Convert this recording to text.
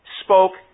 spoke